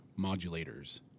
modulators